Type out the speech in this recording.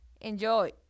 Enjoy